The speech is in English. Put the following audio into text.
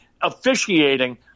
officiating